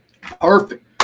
Perfect